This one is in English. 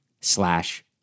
slash